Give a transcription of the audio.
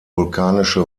vulkanische